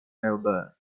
melbourne